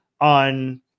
on